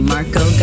Marco